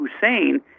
Hussein